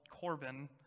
Corbin